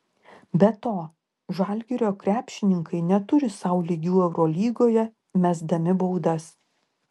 be to žalgirio krepšininkai neturi sau lygių eurolygoje mesdami baudas